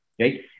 right